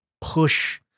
push